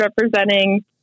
representing